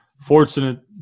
Fortunate